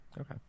Okay